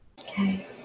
Okay